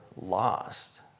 lost